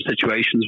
situations